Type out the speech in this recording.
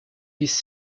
his